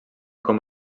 com